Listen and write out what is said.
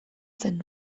zen